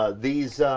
ah these,